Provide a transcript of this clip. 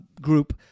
group